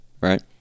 right